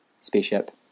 spaceship